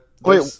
wait